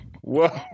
Whoa